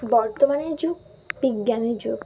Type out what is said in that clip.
বর্তমানের যুগ বিজ্ঞানের যুগ